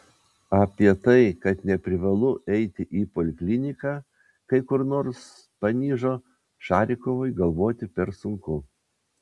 apie tai kad neprivalu eiti į polikliniką kai kur nors panižo šarikovui galvoti per sunku